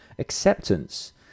acceptance